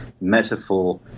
metaphor